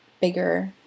bigger